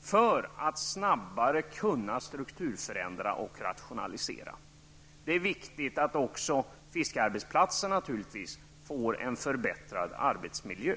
för att det snabbare skall bli möjligt att genomföra strukturförändringar och rationaliseringar. Det är naturligtvis också viktigt att fiskarnas arbetsplatser får en förbättrad arbetsmiljö.